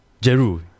Jeru